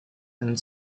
and